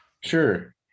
sure